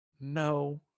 No